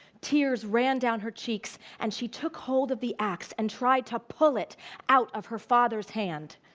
tears ran down her cheeks, and she took hold of the axe and tried to pull it out of her father's hand.